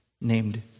named